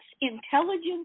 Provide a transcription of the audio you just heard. Intelligence